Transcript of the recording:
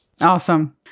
Awesome